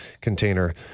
container